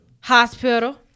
hospital